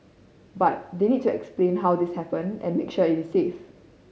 but they need to explain how this happened and make sure it is safe